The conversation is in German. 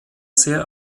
sehr